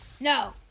No